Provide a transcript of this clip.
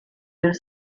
del